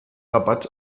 rabatt